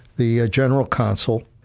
the general console,